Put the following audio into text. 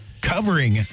covering